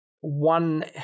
one